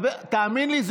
תאמין לי,